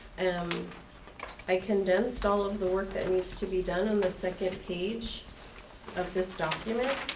um i condensed all of the work that needs to be done on the second page of this document